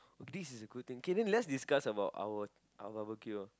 this is a good thing K then let's discuss about our our barbecue